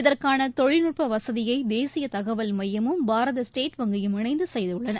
இதற்கான தொழில்நுட்ப வசதியை தேசிய தகவல் மையமும் பாரத ஸ்டேட் வங்கியும் இணைந்து செய்துள்ளன